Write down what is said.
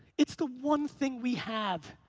it's the one thing we have.